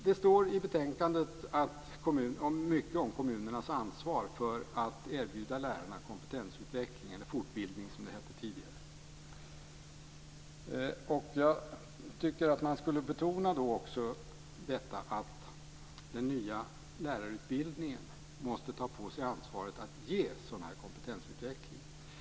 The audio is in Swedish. Det står i betänkandet mycket om kommunernas ansvar för att erbjuda lärarna kompetensutveckling eller fortbildning, som det tidigare hette. Jag tycker att man då också ska betona att den nya lärarutbildningen måste ta på sig ansvaret för att ge en kompetensutveckling.